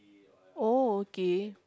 oh okay